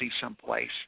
someplace